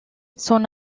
son